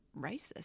racist